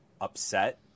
upset